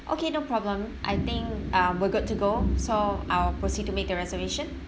okay no problem I think uh we're good to go so I'll proceed to make the reservation